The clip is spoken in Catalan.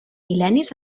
mil·lennis